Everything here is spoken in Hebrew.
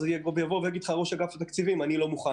אז ראש התקציבים לא יסכים כי הוא לא יהיה מוכן